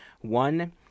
One